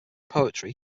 poetry